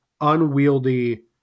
unwieldy